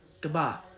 goodbye